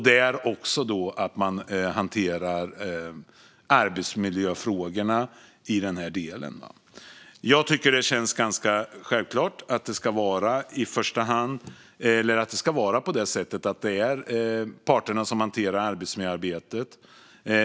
Där måste man också hantera arbetsmiljöfrågorna. Jag tycker att det känns ganska självklart att det är parterna som hanterar arbetsmiljöarbetet.